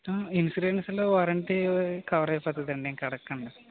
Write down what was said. insurance లో warranty cover అయిపోతుందండి ఇంకా అడగకండి